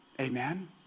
Amen